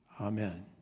amen